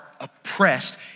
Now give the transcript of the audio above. oppressed